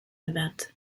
event